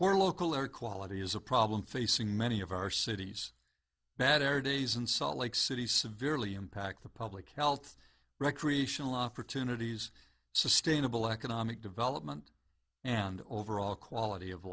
are local air quality is a problem facing many of our cities bad air days in salt lake city severely impact the public health recreational opportunities sustainable economic development and overall quality of